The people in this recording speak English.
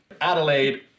Adelaide